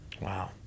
Wow